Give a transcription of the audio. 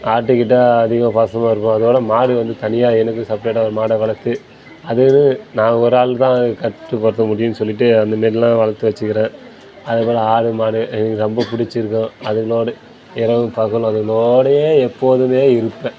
ஆட்டுக்கிட்ட அதிக பாசமாக இருப்போம் அதை விட மாடு வந்து தனியாக எனக்கு செப்ரெட்டாக ஒரு மாடை வளர்த்து அதுவே நான் ஒரு ஆள் தான் அதை கட்டுப்படுத்த முடியும்னு சொல்லிட்டு அந்த மாரிலாம் வளர்த்து வச்சிருக்கேன் அதுபோல் ஆடு மாடு எங்களுக்கு ரொம்ப பிடிச்சிருக்கும் அதுங்களோட இரவும் பகலும் அதுங்களோடையே எப்போதுமே இருப்பேன்